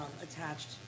attached